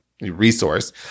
resource